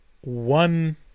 one